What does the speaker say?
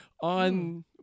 on